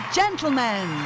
gentlemen